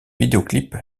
vidéoclip